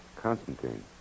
Constantine